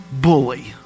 bully